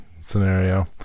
scenario